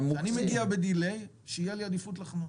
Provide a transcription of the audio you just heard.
כשאני מגיע באיחור שתהיה לי עדיפות לחנות.